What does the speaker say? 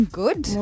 good